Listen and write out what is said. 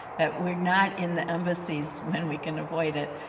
that we're not in the embassies when we can avoid it.